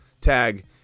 tag